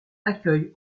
accueille